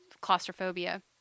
claustrophobia